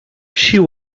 she